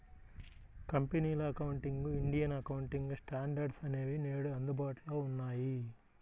కంపెనీల accounting, Indian accounting standards అనేవి నేడు అందుబాటులో ఉన్నాయి